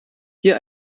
hier